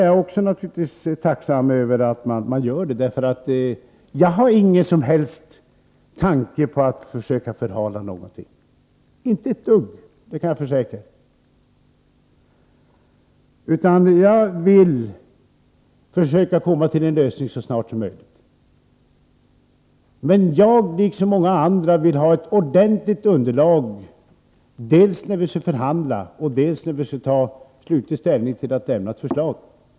Jag är naturligtvis också tacksam över att man gör det; jag har ingen som helst tanke på att försöka förhala saken — det kan jag försäkra. Jag vill försöka komma till en lösning så snart som möjligt. Men jag liksom många andra vill ha ett ordentligt underlag, dels när vi skall förhandla, dels när vi skall ta slutlig ställning och lämna ett förslag.